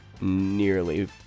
nearly